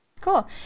Cool